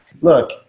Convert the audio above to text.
Look